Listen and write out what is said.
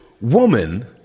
woman